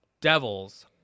devils